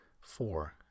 Four